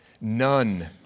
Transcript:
none